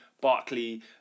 Barkley